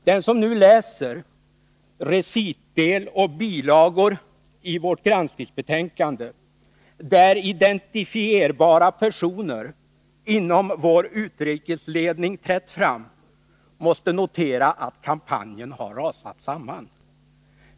Den som nu läser recitdel och bilagor i vårt granskningsbetänkande, där identifierbara personer inom vår utrikesledning trätt fram, måste notera att kampanjen har rasat samman.